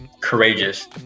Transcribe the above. courageous